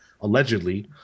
allegedly